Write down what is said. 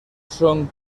son